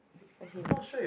okay